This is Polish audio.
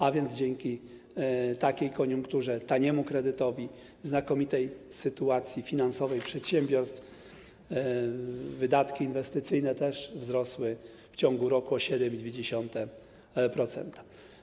A więc dzięki takiej koniunkturze, taniemu kredytowi, znakomitej sytuacji finansowej przedsiębiorstw wydatki inwestycyjne też wzrosły w ciągu roku o 7,2%.